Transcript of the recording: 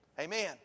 Amen